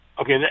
Okay